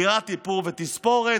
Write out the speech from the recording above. דירת איפור ותספורת,